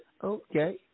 Okay